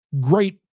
great